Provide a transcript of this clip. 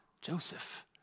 Joseph